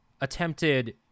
attempted